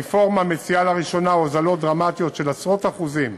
הרפורמה מציעה לראשונה הוזלות דרמטיות של עשרות אחוזים